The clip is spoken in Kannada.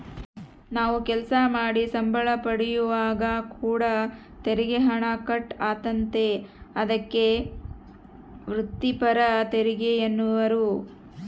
ನಾವು ಕೆಲಸ ಮಾಡಿ ಸಂಬಳ ಪಡೆಯುವಾಗ ಕೂಡ ತೆರಿಗೆ ಹಣ ಕಟ್ ಆತತೆ, ಅದಕ್ಕೆ ವ್ರಿತ್ತಿಪರ ತೆರಿಗೆಯೆನ್ನುವರು